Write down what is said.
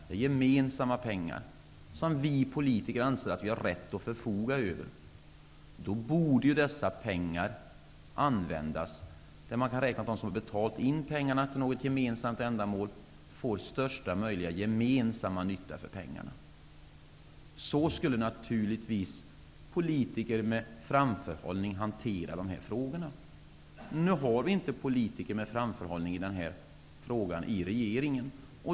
Det är gemensamma pengar som vi politiker anser att vi har rätt att förfoga över. Dessa pengar borde användas där man kan räkna med att de som betalat in pengarna till något gemensamt ändamål får största möjliga gemensamma nytta av pengarna. Så skulle naturligtvis politiker med framförhållning hantera dessa frågor. Nu har inte politikerna i regeringen framförhållning i den här frågan.